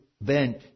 bent